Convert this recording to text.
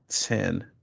ten